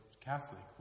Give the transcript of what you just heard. Catholic